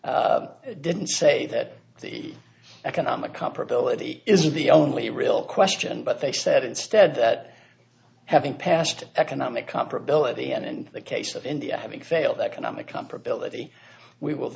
didn't say that the economic comparability isn't the only real question but they said instead that having past economic comparability and in the case of india having failed economic comparability we will